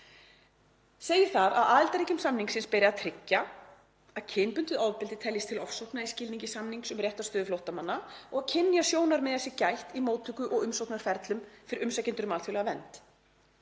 Segir þar að aðildarríkjum samningsins beri að tryggja að kynbundið ofbeldi teljist til ofsókna í skilningi samnings um réttarstöðu flóttamanna og að kynjasjónarmiða sé gætt í móttöku og umsóknarferlum fyrir umsækjendur um alþjóðlega vernd.